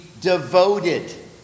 devoted